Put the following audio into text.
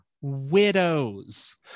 widows